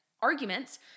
arguments